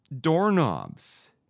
doorknobs